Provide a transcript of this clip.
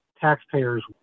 taxpayers